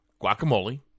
Guacamole